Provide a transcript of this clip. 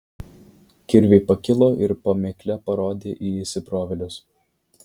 kirviai pakilo ir pamėklė parodė į įsibrovėlius